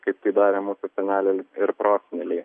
kaip tai darė mūsų seneliai ir proseneliai